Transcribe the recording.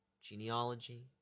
genealogy